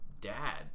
dad